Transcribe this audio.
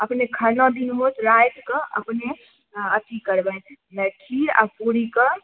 अपने खरना दिन होत रातिके अपने अऽ अथी करबै जे खीर आ पूरीके